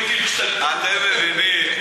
אתם מבינים?